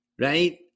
right